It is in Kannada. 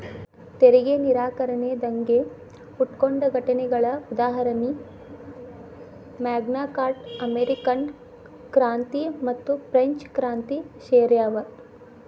ತೆರಿಗೆ ನಿರಾಕರಣೆ ದಂಗೆ ಹುಟ್ಕೊಂಡ ಘಟನೆಗಳ ಉದಾಹರಣಿ ಮ್ಯಾಗ್ನಾ ಕಾರ್ಟಾ ಅಮೇರಿಕನ್ ಕ್ರಾಂತಿ ಮತ್ತುಫ್ರೆಂಚ್ ಕ್ರಾಂತಿ ಸೇರ್ಯಾವ